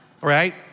right